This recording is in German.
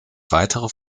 weitere